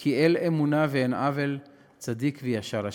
כי אל אמונה ואין עוול צדיק וישר ה'.